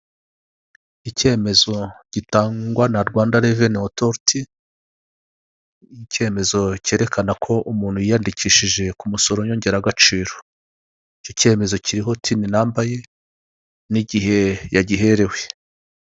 Icyemezo gitangwa na rwanda reveni otoriti icyemezo cyerekana ko umuntu yiyandikishije ku musoro w'yongeragaciro icyo cyemezo kiriho tiini namba ye n'igihe yagiherewe.